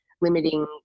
limiting